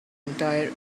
entire